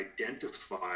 identify